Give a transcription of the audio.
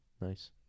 Nice